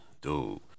Dude